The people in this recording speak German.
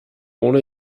ohne